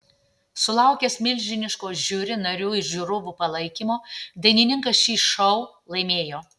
sulaukęs milžiniško žiuri narių ir žiūrovų palaikymo dainininkas šį šou laimėjo